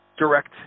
Direct